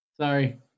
Sorry